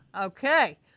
okay